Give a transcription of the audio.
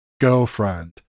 girlfriend